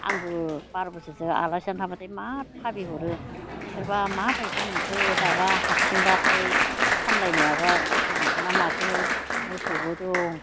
आंबो बार' बोसोरसो आलासि जानो थांब्लाथाय माद भाबि हरो इसोरबा माबायदि मोनखो दाबा हारसिंब्लाथाय सामलायनायाब्ला खस्थ' मोनखोना माखो मोसौबो दं